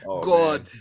God